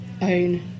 own